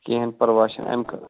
کِہیٖنٛۍ پَرواے چھُنہٕ انکل